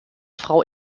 frau